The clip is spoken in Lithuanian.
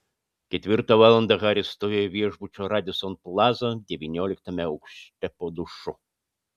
ketvirtą valandą haris stovėjo viešbučio radisson plaza devynioliktame aukšte po dušu